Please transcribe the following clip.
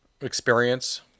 experience